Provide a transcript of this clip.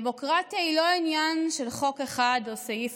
דמוקרטיה היא לא עניין של חוק אחד או סעיף